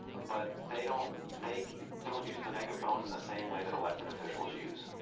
but they don't they don't use the megaphone in the same way that elected officials use,